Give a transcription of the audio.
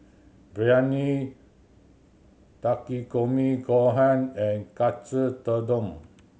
Biryani Takikomi Gohan and Katsu Tendon